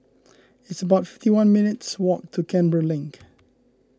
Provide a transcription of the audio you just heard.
it's about fifty one minutes' walk to Canberra Link